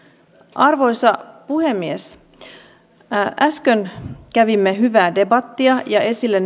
arvoisa puhemies äsken kävimme hyvää debattia ja esille